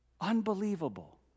Unbelievable